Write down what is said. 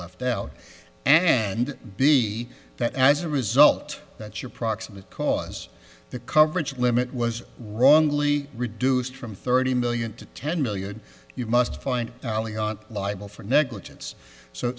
left out and be that as a result that your proximate cause the coverage limit was wrongly reduced from thirty million to ten million you must find liable for negligence so